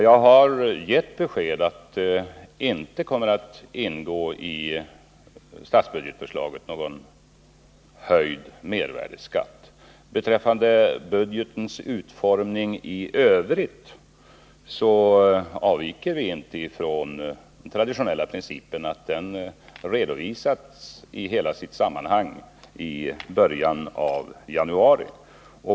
Jag har gett besked om att något förslag om höjd mervärdeskatt inte kommer att ingå i statsbudgetförslaget. Beträffande budgetens utformning i övrigt vill jag säga att vi inte avviker från den traditionella principen att budgeten redovisas i sin helhet i början av januari.